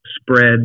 spread